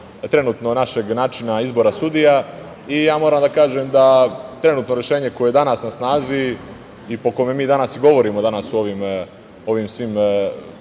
trenutno našeg načina izbor sudija. Moram da kažem da trenutno rešenje koje je danas na snazi, i po kome mi danas govorimo po ovim svim